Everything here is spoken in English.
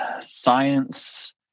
science